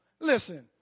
Listen